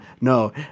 No